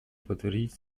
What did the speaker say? подтвердить